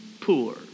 poor